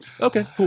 okay